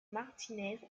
martinez